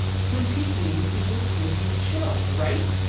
twin peaks memes equals twin peaks show, right?